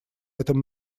этом